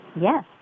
Yes